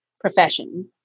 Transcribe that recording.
profession